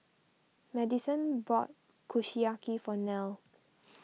Madyson bought Kushiyaki for Nell